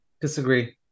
Disagree